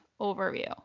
overview